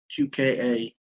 QKA